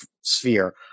sphere